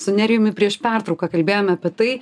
su nerijumi prieš pertrauką kalbėjome apie tai